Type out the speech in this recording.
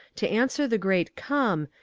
to answer the great come,